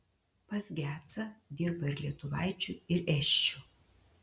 pas gecą dirba ir lietuvaičių ir esčių